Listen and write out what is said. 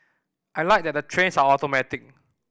I like that the trains are automatic